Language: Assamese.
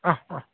অ অ